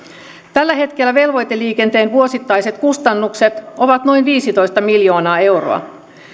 tällä hetkellä velvoiteliikenteen vuosittaiset kustannukset ovat noin viisitoista miljoonaa euroa